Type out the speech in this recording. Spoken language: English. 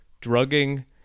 drugging